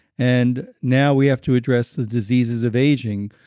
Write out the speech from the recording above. and now we have to address the diseases of aging.